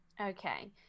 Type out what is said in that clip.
Okay